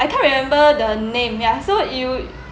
I can't remember the name ya so you